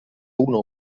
uno